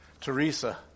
Teresa